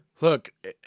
Look